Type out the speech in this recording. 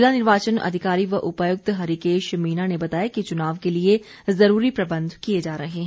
ज़िला निर्वाचन अधिकारी व उपायुक्त हरिकेश मीणा ने बताया कि चुनाव के लिए जरूरी प्रबंध किए जा रहे हैं